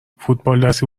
فوتبالدستی